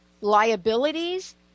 liabilities